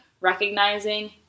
recognizing